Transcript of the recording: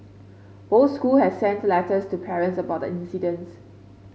both school has sent letters to parents about the incidents